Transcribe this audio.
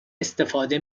استفاده